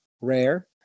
rare